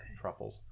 truffles